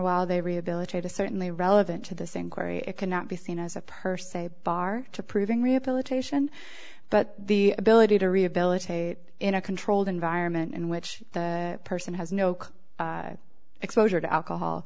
while they rehabilitate is certainly relevant to the same corey it cannot be seen as a purse a bar to proving rehabilitation but the ability to rehabilitate in a controlled environment in which the person has no exposure to alcohol